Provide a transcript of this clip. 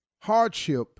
hardship